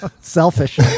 selfish